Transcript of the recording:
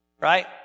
Right